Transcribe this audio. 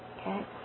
okay